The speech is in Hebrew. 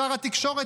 שר התקשורת,